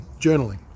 journaling